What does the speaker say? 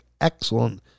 excellent